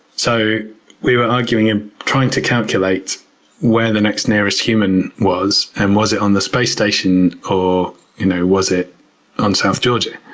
so we were arguing, trying to calculate where the next nearest human was, and was it on the space station or you know was it on south georgia?